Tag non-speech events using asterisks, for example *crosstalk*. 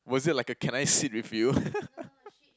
was it like a can I sit with you *laughs*